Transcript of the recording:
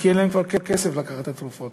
כי אין להם כבר כסף לקחת את התרופות.